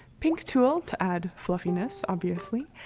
pink tulle, to add fluffiness, obviously,